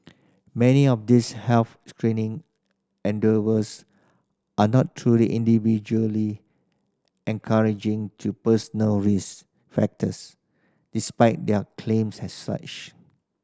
many of these health screening endeavours are not truly individually encouraging to personal risk factors despite their claims as such